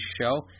show